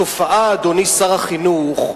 התופעה, אדוני שר החינוך,